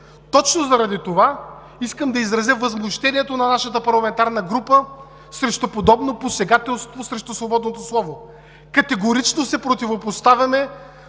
Точно заради това искам да изразя възмущението на нашата парламентарна група срещу подобно посегателство срещу свободното слово. Категорично се противопоставяме